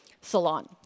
salon